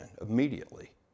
immediately